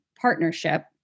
partnership